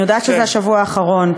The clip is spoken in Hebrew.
אני יודעת שזה השבוע האחרון,